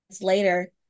later